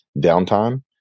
downtime